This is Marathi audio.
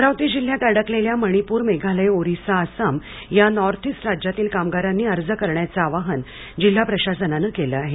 अमरावती जिल्ह्यात अडकलेल्यामणिप्र मेघालय ओरिसा आसाम या नॉर्थ ईस्ट राज्यांतील कामगारांनी अर्ज करण्याचे आवाहन जिल्हा प्रशासनाने केले आहे